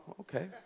okay